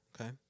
Okay